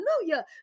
hallelujah